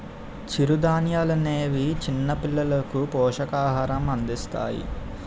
చిరుధాన్యాలనేవి చిన్నపిల్లలకు పోషకాహారం అందిస్తాయి